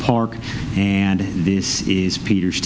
park and this is peters